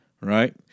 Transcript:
right